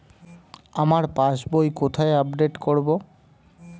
আমার পাস বই কোথায় আপডেট করব?